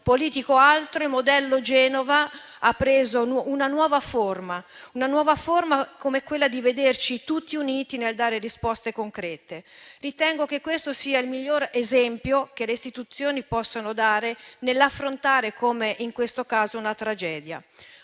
politico o altro, il modello Genova ha preso una nuova forma che ci vede tutti uniti nel dare risposte concrete. Ritengo che questo sia il miglior esempio che le istituzioni possono dare nell'affrontare, come in questo caso, una tragedia.